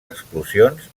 explosions